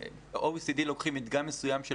ה-OECD לוקחים מדגם מסוים של